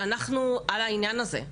שאנחנו על העניין הזה.